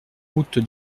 route